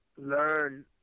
learn